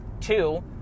two